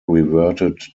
reverted